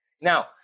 Now